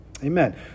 Amen